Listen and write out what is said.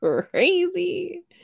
crazy